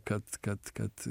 kad kad kad